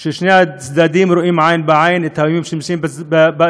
ששני הצדדים רואים עין בעין את האיומים שנמצאים באזור,